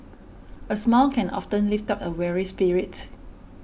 a smile can often lift up a weary spirit